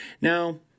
Now